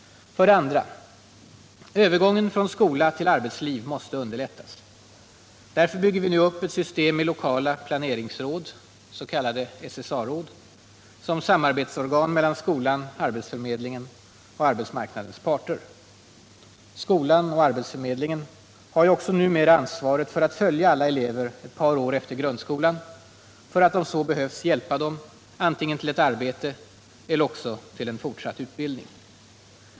2. Övergången från skola till arbetsliv måste underlättas. Därför bygger vi nu upp ett system med lokala planeringsråd — eller SSA-råd —- som samarbetsorgan mellan skolan, arbetsförmedlingen och arbetsmarknadens parter. Skolan och arbetsförmedlingen har ju också numera ansvaret för att följa alla elever ett par år efter grundskolan, för att om så behövs hjälpa dem antingen till ett arbete eller också till fortsatt utbildning.